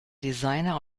designer